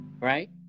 Right